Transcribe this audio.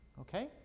Okay